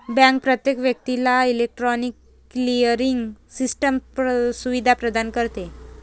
bank प्रत्येक व्यक्तीला electronic clearing system सुविधा प्रदान करते